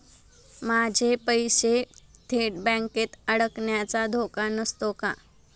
माझे पैसे थेट बँकेत अडकण्याचा धोका नसतो का?